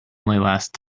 last